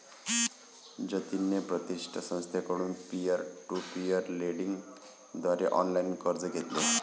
जतिनने प्रतिष्ठित संस्थेकडून पीअर टू पीअर लेंडिंग द्वारे ऑनलाइन कर्ज घेतले